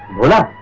bhola,